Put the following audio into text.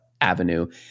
avenue